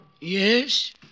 Yes